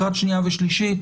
לקראת שנייה ושלישית,